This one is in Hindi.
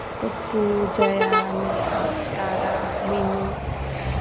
पप्पू जया नेहा तारा मीनू